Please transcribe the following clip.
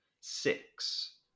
six